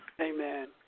Amen